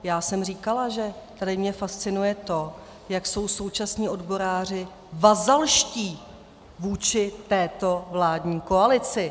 Já jsem říkala, že tady mě fascinuje to, jak jsou současní odboráři vazalští vůči této vládní koalici.